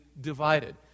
divided